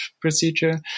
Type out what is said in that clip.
procedure